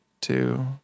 two